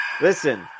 listen